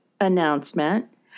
announcement